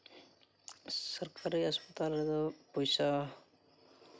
ᱥᱚᱨᱠᱟᱨᱤ ᱦᱟᱥᱯᱟᱛᱟᱞ ᱨᱮᱫᱚ ᱯᱚᱭᱥᱟ